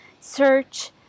search